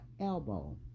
elbow